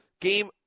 game